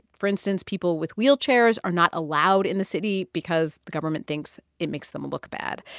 for instance, people with wheelchairs are not allowed in the city because the government thinks it makes them look bad.